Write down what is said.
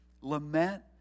Lament